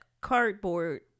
Cardboard